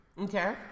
Okay